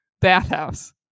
bathhouse